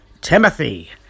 Timothy